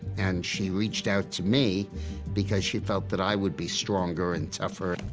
and she reached out to me because she felt that i would be stronger and tougher.